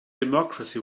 democracy